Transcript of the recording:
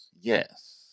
Yes